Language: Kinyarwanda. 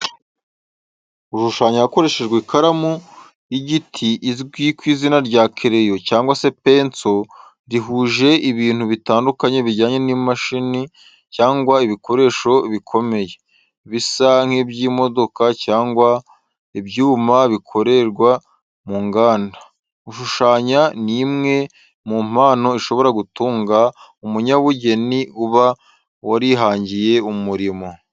Gushushanya hakoreshejwe ikaramu y’igiti izwi ku izina rya kereyo cyangwa penso rihuje ibintu bitandukanye bijyanye n’imashini cyangwa ibikoresho bikomeye, bisa n’iby’imodoka cyangwa ibyuma bikorerwa mu nganda. Gushushanya ni imwe mu mpano ishobora gutunga umunyabugeni uba warihangiye umurimo.